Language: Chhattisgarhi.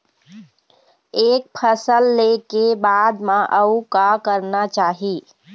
एक फसल ले के बाद म अउ का करना चाही?